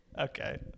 okay